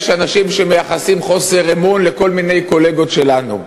אנשים שמייחסים חוסר אמון לכל מיני קולגות שלנו,